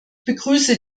begrüße